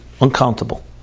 uncountable